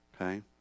okay